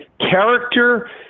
character